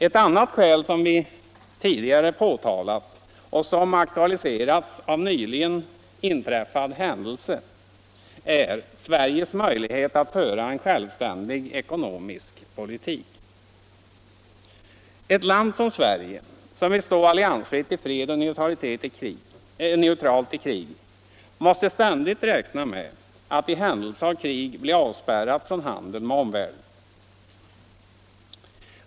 Ett annat skäl, som vi tidigare framhållit och som aktualiseras av nyligen inträffad händelse, är Sveriges möjlighet att föra en självständig ekonomisk politik. Ett land som Sverige, som vill stå alliansfritt i fred och neutralt i krig, måste ständigt räkna med att i händelse av krig bli avspärrat från handel med omvärlden.